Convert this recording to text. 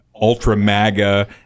ultra-MAGA